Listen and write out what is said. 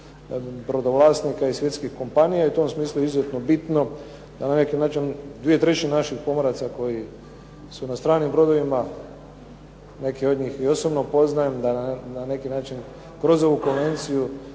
brodovlasnika i svjetskih kompanija. I u tom smislu je izuzetno bitno da na neki način 2/3 naših pomoraca koji su na stranim brodovima neke od njih i osobno poznajem da na neki način kroz ovu konvenciju